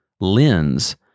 lens